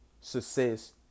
success